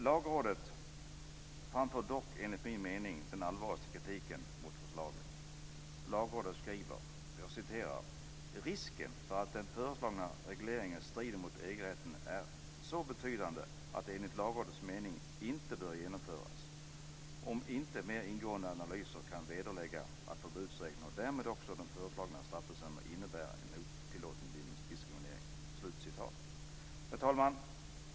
Lagrådet framför dock, enligt min mening, den allvarligaste kritiken mot förslaget. Lagrådet skriver att risken för att den föreslagna regleringen strider mot EG-rätten är så betydande att den enligt Lagrådets mening inte bör genomföras, om inte mer ingående analyser kan vederlägga att förbudsregeln och därmed också den föreslagna straffbestämmelsen innebär en otillåten diskriminering. Fru talman!